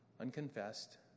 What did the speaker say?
unconfessed